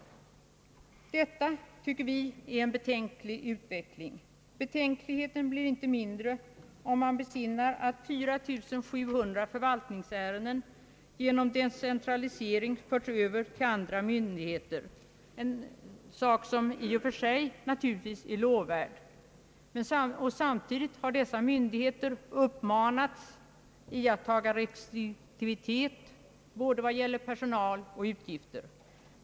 Detta tycker vi är en betänklig utveckling. Betänkligheten blir inte mindre om man besinnar att 4700 förvaltningsärenden genom «decentralisering förts över till andra myndigheter — vilket i och för sig naturligtvis måste betraktas som lovvärt — och samtidigt dessa myndigheter uppmanats iakttaga restriktivitet vad gäller både personal och utgifter.